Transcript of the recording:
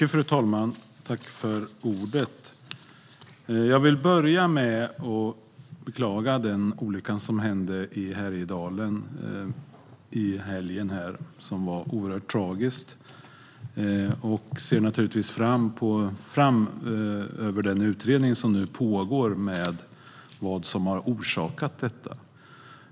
Fru talman! Jag vill börja med att beklaga den olycka som inträffade i Härjedalen i helgen. Det är oerhört tragiskt, och jag ser naturligtvis fram emot den utredning som nu pågår rörande vad som har orsakat detta.